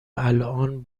الان